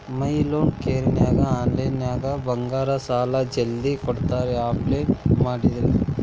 ಮೈ loan ಕೇರನ್ಯಾಗ ಆನ್ಲೈನ್ನ್ಯಾಗ ಬಂಗಾರ ಸಾಲಾ ಜಲ್ದಿ ಕೊಡ್ತಾರಾ ಅಪ್ಲೈ ಮಾಡಿದ್ರ